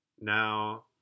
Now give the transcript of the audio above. Now